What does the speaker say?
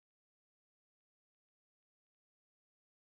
at the foreground of the picture on the right